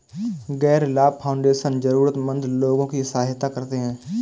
गैर लाभ फाउंडेशन जरूरतमन्द लोगों की सहायता करते हैं